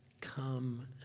Come